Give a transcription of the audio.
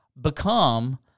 become